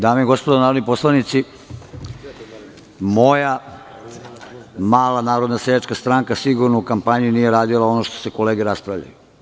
Dame i gospodo narodni poslanici, moja mala Narodna seljačka stranka sigurno u kampanji nije radila ono o čemu su kolege raspravljale.